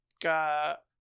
got